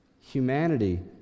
Humanity